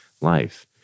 life